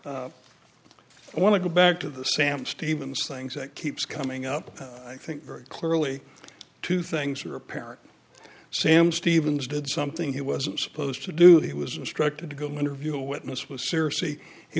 i want to go back to the sam stevens things that keeps coming up i think very clearly two things are apparent sam stevens did something he wasn't supposed to do he was instructed to go interview a witness was serious